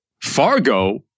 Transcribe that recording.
Fargo